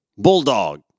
Bulldog